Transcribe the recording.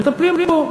מטפלים בו.